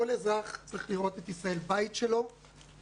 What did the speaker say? כל אזרח צריך לראות את ישראל כבית שלו והמדינה